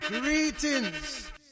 Greetings